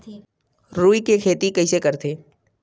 रुई के खेती कइसे करथे?